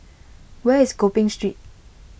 where is Gopeng Street